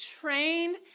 Trained